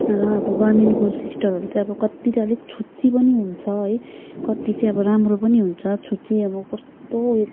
र अब गभर्मेन्टको सिस्टरहरू चाहिँ अब कति चाहिँ अलिक छुच्ची पनि हुन्छ है कति चाहिँ अब राम्रो पनि हुन्छ छुच्ची अब कस्तो उयो